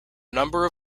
number